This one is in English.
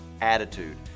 attitude